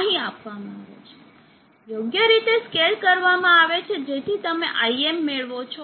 અહીં આપવામાં આવે છે યોગ્ય રીતે સ્કેલ કરવામાં આવે છે જેથી તમે Im મેળવો છો